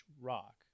rock